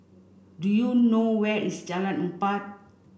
do you know where is Jalan Empat